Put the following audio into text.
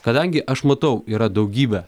kadangi aš matau yra daugybę